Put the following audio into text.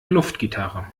luftgitarre